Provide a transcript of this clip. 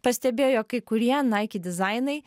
pastebėjo kai kurie naiki dizainai